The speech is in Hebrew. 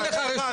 רגע אחד.